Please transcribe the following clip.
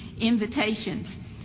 invitations